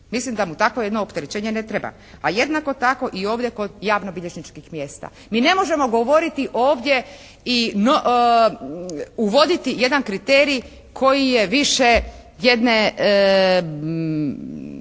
Mislim da mu takvo jedno opterećenje ne treba, a jednako tako i ovdje kod javnobilježničkih mjesta. Mi ne možemo govoriti ovdje i uvoditi jedan kriterij koji je više jedna